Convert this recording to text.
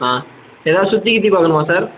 ஆ ஏதாச்சும் சுற்றி கிற்றி பார்க்கணுமா சார்